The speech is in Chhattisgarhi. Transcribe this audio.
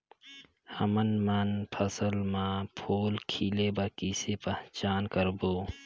हमन मन फसल म फूल खिले बर किसे पहचान करबो?